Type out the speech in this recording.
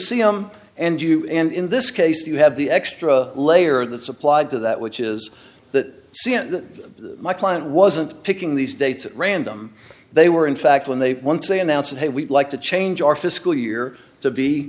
see i'm and you and in this case you have the extra layer that's applied to that which is that my client wasn't picking these dates at random they were in fact when they once they announce that hey we'd like to change our fiscal year to be